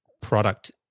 product